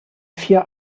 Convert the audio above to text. vier